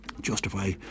justify